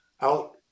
out